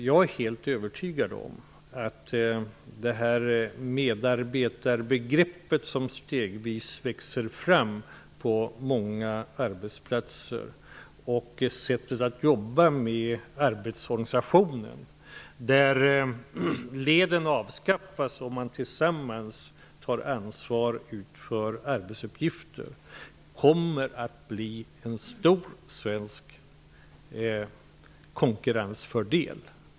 Jag är helt övertygad om att det medarbetarbegrepp som stegvis växer fram på många arbetsplatser och sättet att jobba med arbetsorganisationen, där leden avskaffas och man tillsammans tar ansvar och utför arbetsuppgifter, kommer att bli en stor svensk konkurrensfördel.